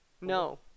No